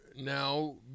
now